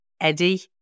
Eddie